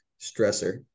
stressor